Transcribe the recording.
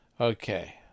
Okay